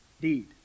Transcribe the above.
deed